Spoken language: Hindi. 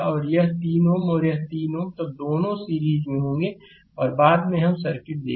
और यह 3 Ω और यह 3 Ω तब दोनों सीरीज में होंगे बाद में हम सर्किट देखेंगे